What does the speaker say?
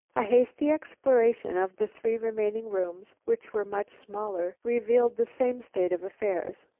a hasty exploration of the three remaining rooms, which were much smaller, revealed the same state of affairs.